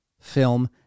film